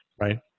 right